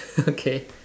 okay